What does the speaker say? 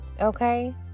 Okay